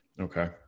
Okay